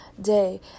day